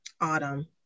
autumn